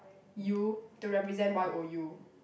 U to represent Y O U